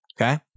okay